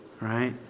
right